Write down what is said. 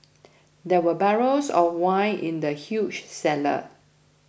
there were barrels of wine in the huge cellar